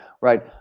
right